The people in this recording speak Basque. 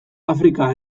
afrika